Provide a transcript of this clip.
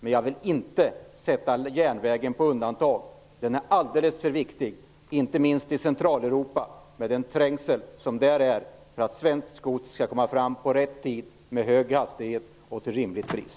Men jag vill inte sätta järnvägen på undantag. Den är mycket viktig - inte minst i Centraleuropa, med den trängsel som där råder - för att svenskt gods skall komma fram i rätt tid, med hög hastighet och till ett rimligt pris.